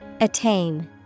Attain